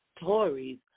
stories